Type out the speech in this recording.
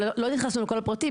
ולא נכנסנו לכל הפרטים.